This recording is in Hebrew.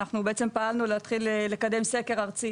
פעלנו לקדם סקר ארצי